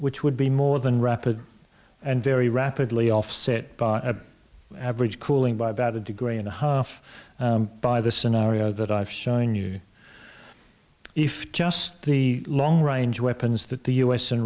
which would be more than rapid and very rapidly offset by a average cooling by about a degree and a half by the scenario that i've shown you if just the long range weapons that the u s and